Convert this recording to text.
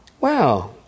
Wow